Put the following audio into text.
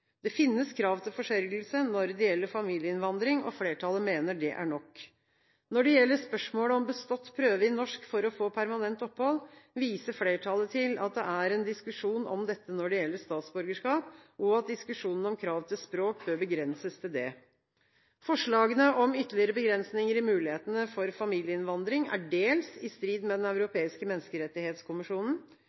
Det finnes krav til forsørgelse når det gjelder familieinnvandring, og flertallet mener det er nok. Når det gjelder spørsmålet om bestått prøve i norsk for å få permanent opphold, viser flertallet til at det er en diskusjon om dette når det gjelder statsborgerskap, og at diskusjonen om krav til språk bør begrenses til det. Forslagene om ytterligere begrensninger i mulighetene for familieinnvandring er dels i strid med den europeiske